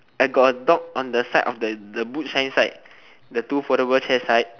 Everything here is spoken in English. I got a dog on the side of the boot shine side the two foldable chair side